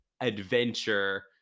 adventure